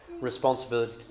responsibility